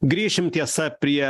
grįšim tiesa prie